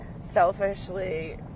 selfishly